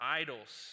idols